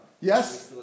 Yes